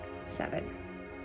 seven